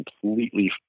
completely